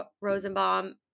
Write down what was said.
Rosenbaum